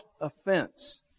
offense